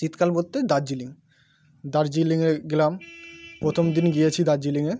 শীতকাল বলতে দার্জিলিং দার্জিলিংয়ে গেলাম প্রথম দিন গিয়েছি দার্জিলিংয়ে